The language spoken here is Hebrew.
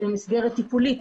מסגרת טיפולית,